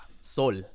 Sol